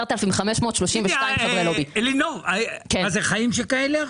10,532 חברים בלובי זה חיים שכאלה עכשיו?